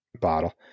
bottle